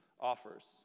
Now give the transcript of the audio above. offers